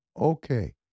Okay